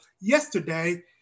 yesterday